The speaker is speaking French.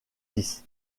dix